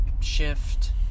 shift